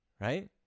Right